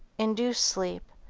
induced sleep,